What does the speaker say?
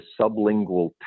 sublingual